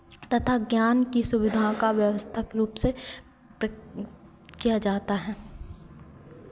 तथा ज्ञान की सुविधा का व्यवस्थक रूप से किया जाता है